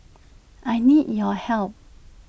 I need your help